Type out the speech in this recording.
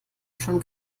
schon